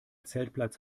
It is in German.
zeltplatz